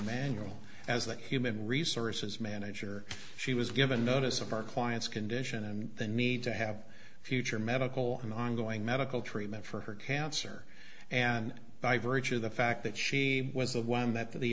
manual as a human resources manager she was given notice of our client's condition and the need to have future medical and ongoing medical treatment for her cancer and by virtue of the fact that she was the one that the